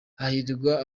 hahirwa